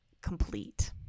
complete